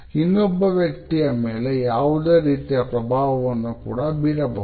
ಇನ್ನೊಬ್ಬ ವ್ಯಕ್ತಿಯ ಮೇಲೆ ಯಾವುದೇ ರೀತಿಯ ಪ್ರಭಾವವನ್ನು ಕೂಡ ಬೀರಬಹುದು